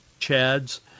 chads